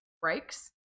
breaks